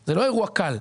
זה לא אירוע קל.